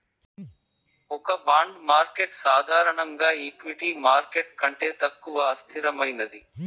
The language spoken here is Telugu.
ఒక బాండ్ మార్కెట్ సాధారణంగా ఈక్విటీ మార్కెట్ కంటే తక్కువ అస్థిరమైనది